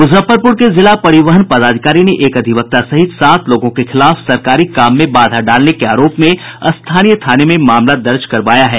मूजफ्फरपूर के जिला परिवहन पदाधिकारी ने एक अधिवक्ता सहित सात लोगों के खिलाफ सरकारी काम में बाधा डालने के आरोप में स्थानीय थाने में मामला दर्ज करवाया है